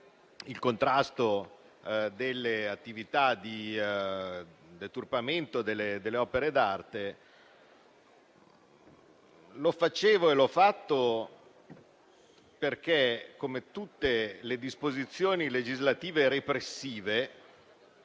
il contrasto delle attività di deturpamento delle opere d'arte, l'ho fatto perché, come tutte le disposizioni legislative e repressive,